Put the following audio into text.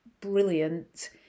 brilliant